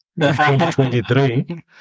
2023